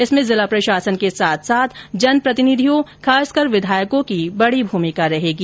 इसमें जिला प्रशासन के साथ साथ जनप्रतिनिधियों खासकर विधायकों की बड़ी भूमिका रहेगी